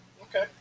Okay